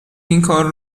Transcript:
اینکار